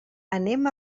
anem